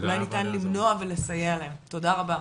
אולי היה ניתן למנוע ולסייע להם, תודה רבה.